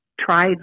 tried